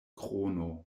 krono